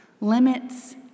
Limits